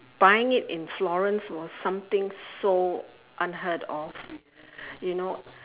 buying it in florence was something so unheard of you know